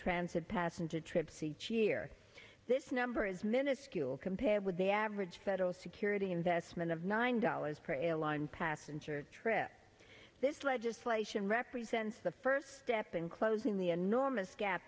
transit passenger trips each year this number is minuscule compared with the average federal security investment of nine dollars pray a line passenger trip this legislation represents the first step in closing the enormous gap